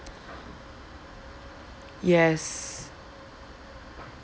yes